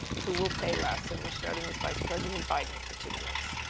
who will pay less? and we're starting with vice president biden for two minutes.